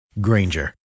Granger